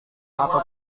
atau